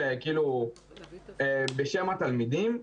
שכאילו בשם התלמידים,